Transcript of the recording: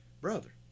brother